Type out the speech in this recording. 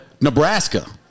Nebraska